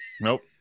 Nope